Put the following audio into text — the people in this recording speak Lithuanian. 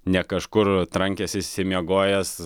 ne kažkur trankęsis išsimiegojęs